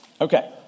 Okay